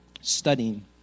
studying